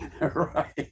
right